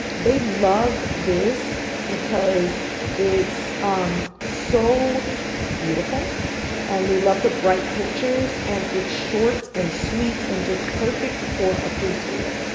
they love this because it's um so beautiful and they love the bright pictures and it's short and sweet and just perfect for a preschooler.